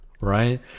Right